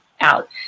out